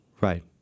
Right